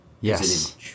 Yes